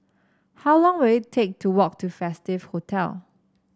how long will it take to walk to Festive Hotel